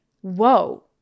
Whoa